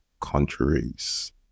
countries